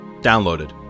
downloaded